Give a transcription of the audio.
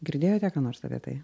girdėjote ką nors apie tai